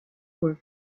for